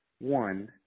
one